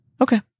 Okay